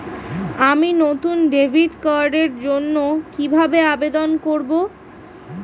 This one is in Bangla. আমি নতুন ডেবিট কার্ডের জন্য কিভাবে আবেদন করব?